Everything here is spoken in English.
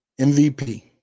MVP